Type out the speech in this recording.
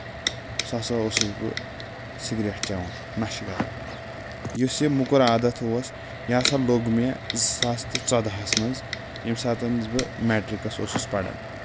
سُہ ہسا اوسُس بہٕ سِگریٹ چؠوان نشہٕ کران یُس یہِ موٚکُر عادت اوس یہِ ہسا لوٚگ مےٚ زٕ ساس تہٕ ژۄدہس منٛز ییٚمہِ ساتن بہٕ میٹرِکس اوسُس پران